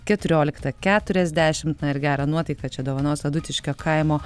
keturioliktą keturiasdešimt na ir gerą nuotaiką čia dovanos adutiškio kaimo